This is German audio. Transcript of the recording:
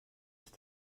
ist